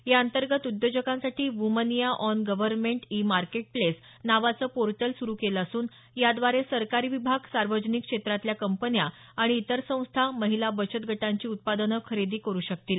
याअंतर्गत उद्योजकांसाठी व्मनिया ऑन गव्हर्नरमेंट इ मार्केटप्लेस नावाचं पोर्टल सुरु केलं असून याद्वारे सरकारी विभाग सार्वजनिक क्षेत्रातल्या कंपन्या आणि इतर संस्था महिला बचतगटांची उत्पादनं खरेदी करु शकतील